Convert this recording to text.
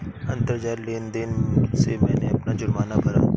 अंतरजाल लेन देन से मैंने अपना जुर्माना भरा